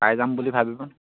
পাই যাম বুলি ভাবিব